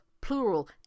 plural